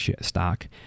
stock